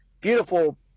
beautiful